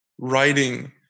writing